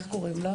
איך קוראים לה?